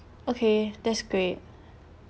okay that's great